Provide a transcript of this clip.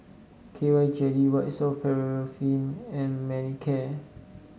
K Y Jelly White Soft Paraffin and Manicare